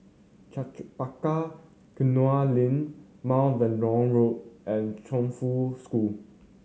Chempaka Kuning Link Mount Vernon Road and Chongfu School